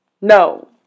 No